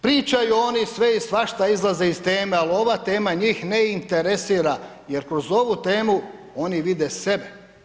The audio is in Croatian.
Pričaju oni sve i svašta, izlaze iz teme ali ova tema njih ne interesira jer kroz ovu temu, oni vide sebe.